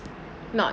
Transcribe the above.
not